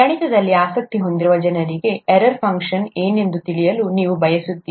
ಗಣಿತದಲ್ಲಿ ಆಸಕ್ತಿ ಹೊಂದಿರುವ ಜನರಿಗೆ ಏರಾರ್ ಫಂಕ್ಷನ್ ಏನೆಂದು ತಿಳಿಯಲು ನೀವು ಬಯಸುತ್ತೀರಿ